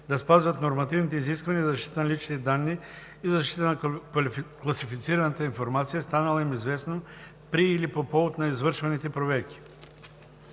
да спазват нормативните изисквания за защита на личните данни и за защита на класифицираната информация, станала им известна при или по повод на извършваните проверки.